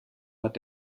hat